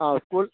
ആ സ്കൂൾ